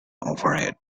overhead